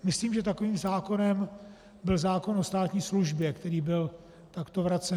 Myslím, že takovým zákonem byl zákon o státní službě, který byl takto vracen.